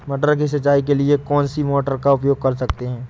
मटर की सिंचाई के लिए कौन सी मोटर का उपयोग कर सकते हैं?